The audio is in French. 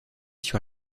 sur